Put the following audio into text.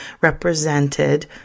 represented